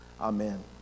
amen